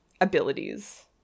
abilities